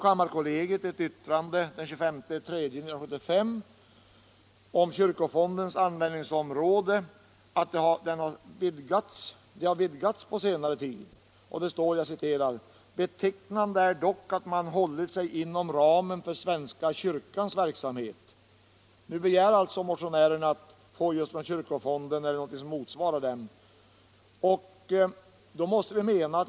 Kammarkollegiet skrev i ett yttrande den 25 mars 1975 att kyrkofondens användningsområde under senare tid har vidgats. Det står i yttrandet: ”Betecknande är dock att man hållit sig inom ramen för svenska kyrkans verksamhet.” Nu begär alltså motionärerna att det skall utgå ett anslag ur kyrkofonden eller andra för kyrklig verksamhet utdebiterade medel.